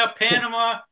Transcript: Panama